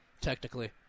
technically